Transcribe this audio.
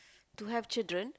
to have children